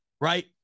right